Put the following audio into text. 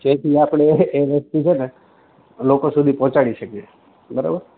જેથી આપણે એ વસ્તુ છે ને લોકો સુધી પહોંચડી શકીએ બરાબર